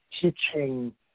teaching